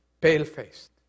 pale-faced